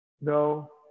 No